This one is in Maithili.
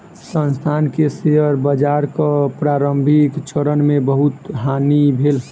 संस्थान के शेयर बाजारक प्रारंभिक चरण मे बहुत हानि भेल